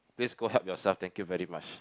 please go help yourself thank you very much